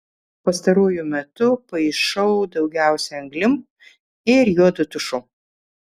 pastaruoju metu paišau daugiausia anglim ir juodu tušu